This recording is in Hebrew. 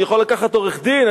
אתה יכול לקחת עורך-דין.